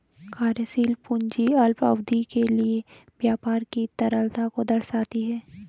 कार्यशील पूंजी अल्पावधि के लिए व्यापार की तरलता को दर्शाती है